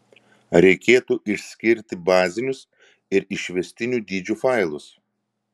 reikėtų išskirti bazinius ir išvestinių dydžių failus